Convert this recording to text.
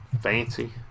fancy